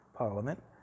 Parliament